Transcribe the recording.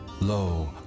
Lo